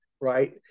right